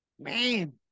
Man